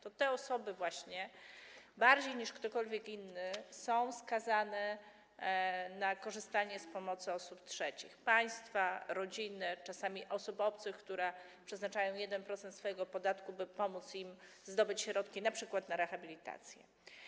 Te właśnie osoby, bardziej niż ktokolwiek inny, są skazane na korzystanie z pomocy osób trzecich - państwa, rodziny, czasami obcych osób, które przeznaczają 1% swojego podatku, by pomóc im zdobyć środki np. na rehabilitację.